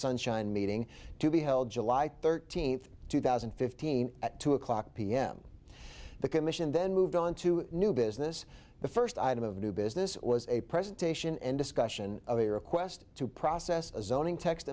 sunshine meeting to be held july thirteenth two thousand and fifteen at two o'clock pm the commission then moved on to new business the first item of new business was a presentation and discussion of a request to process a zoning text